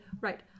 Right